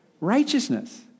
Righteousness